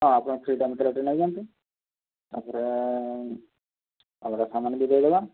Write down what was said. ହଁ ଆପଣ ଫ୍ରିଡ଼ମ୍ ତେଲଟେ ନେଇଯାଆନ୍ତୁ ତା'ପରେ ଆମର ସାମାନ ବି ଦେଇଦେବା